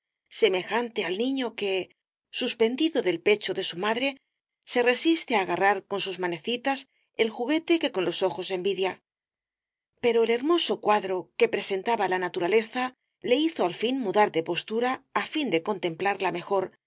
semejante al niño que suspendido del pecho de su madre se resiste á agarrar con sus manecitas el juguete que con los ojos envidia pero el hermoso cuadro que presentaba la naturaleza le hizo al fin mudar de postura á fin de contemplarla mejor